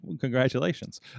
congratulations